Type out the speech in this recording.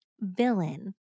villain